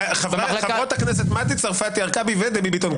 --- חברות הכנסת מטי צרפתי הרכבי ודבי ביטון,